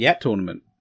tournament